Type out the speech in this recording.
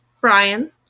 Brian